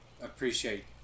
appreciate